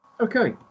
Okay